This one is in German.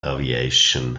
aviation